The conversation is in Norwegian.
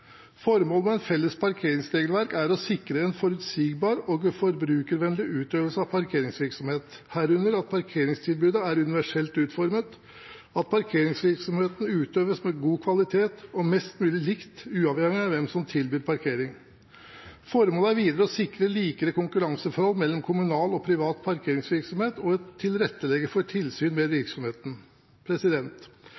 Formålet med et felles parkeringsregelverk er å sikre en forutsigbar og forbrukervennlig utøvelse av parkeringsvirksomhet, herunder at parkeringstilbudet er universelt utformet, og at parkeringsvirksomhet utøves med god kvalitet og mest mulig likt, uavhengig av hvem som tilbyr parkering. Formålet er videre å sikre likere konkurranseforhold mellom kommunal og privat parkeringsvirksomhet og tilrettelegge for tilsyn med